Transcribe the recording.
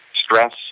stress